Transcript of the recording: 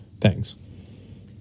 Thanks